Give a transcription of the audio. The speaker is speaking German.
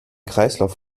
kreislauf